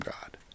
God